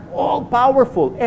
all-powerful